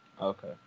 Okay